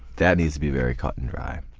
that needs to be very cut and dried.